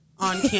on